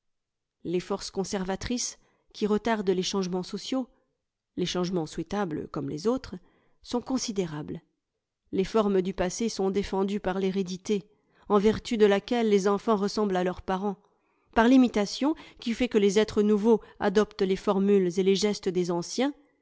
les forces conservatrices qui retardent les chang ements sociaux les chang ements souhaitables comme les autres sont considérables les formes du passé sont défendues par l'hérédité en vertu de laquelle les enfants ressemblent à leurs parents par l'imitation qui fait que les êtres nouveaux adoptent les formules et les gestes des anciens